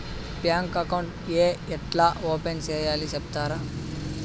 Bank account ఏ ఎట్లా open సేయాలి సెప్తారా?